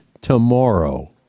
tomorrow